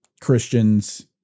Christians